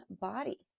body